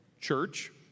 church